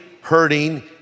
hurting